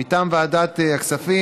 מטעם ועדת הכספים,